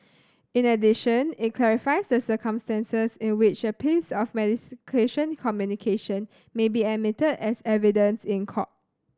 in addition it clarifies the circumstances in which a piece of mediation communication may be admitted as evidence in court